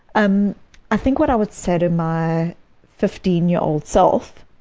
um i think what i would say to my fifteen-year-old self